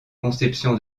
conception